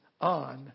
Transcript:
on